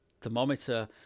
thermometer